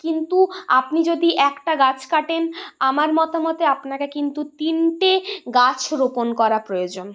কিন্তু আপনি যদি একটা গাছ কাটেন আমার মতামতে আপনাকে কিন্তু তিনটে গাছ রোপণ করা প্রয়োজন